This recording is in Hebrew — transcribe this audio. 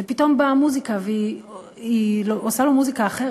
ופתאום באה מוזיקה והיא עושה לו מוזיקה אחרת,